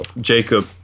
Jacob